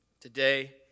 today